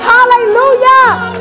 Hallelujah